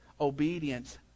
Obedience